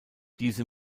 diese